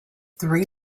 three